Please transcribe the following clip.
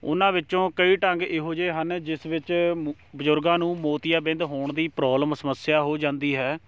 ਉਹਨਾਂ ਵਿੱਚੋਂ ਕਈ ਢੰਗ ਇਹੋ ਜਿਹੇ ਹਨ ਜਿਸ ਵਿੱਚ ਮ ਬਜ਼ੁਰਗਾਂ ਨੂੰ ਮੋਤੀਆਬਿੰਦ ਹੋਣ ਦੀ ਪ੍ਰੋਬਲਮ ਸਮੱਸਿਆ ਹੋ ਜਾਂਦੀ ਹੈ